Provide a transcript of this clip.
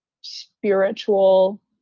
spiritual